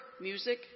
music